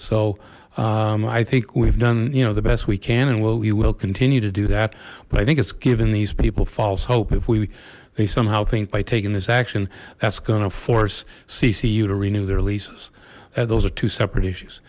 so i think we've done you know the best we can and well you will continue to do that but i think it's given these people false hope if we they somehow think by taking this action that's going to force ccu to renew their leases i had those are two separate issues